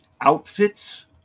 outfits